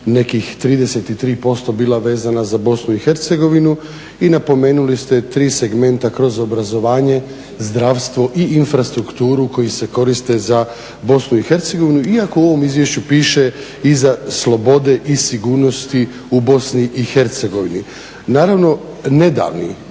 nekih 33% bila vezana za BIH i napomenuli ste tri segmenta kroz obrazovanje, zdravstvo i infrastrukturu koji se koriste za BIH iako u ovom izvješću piše i za slobode i sigurnosti u BIH. Naravno nedavni